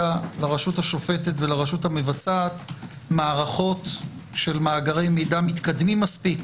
לרשויות השופטת והמבצעת מערכות של מאגרי מידע מתקדמים מספיק